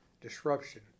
disruption